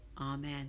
Amen